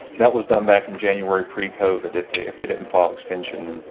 that was done back in january pre covid. if they if they didn't file extension,